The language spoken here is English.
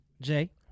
Jay